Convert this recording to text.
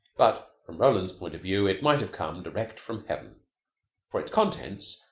but, from roland's point of view, it might have come direct from heaven for its contents,